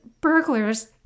burglars